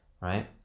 right